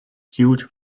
huge